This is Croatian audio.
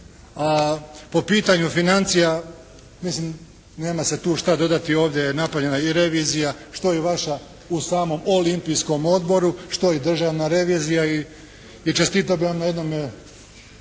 A po pitanju financija, mislim nema se tu šta dodati. Ovdje je napravljena i revizija, što i vaš u samom Olimpijskom odboru, što i državna revizija. I čestitao bi vam na jednome